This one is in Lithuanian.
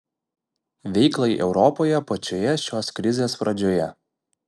veiklai europoje pačioje šios krizės pradžioje